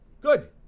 Good